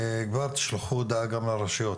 תשלחו הודעה כבר לרשויות,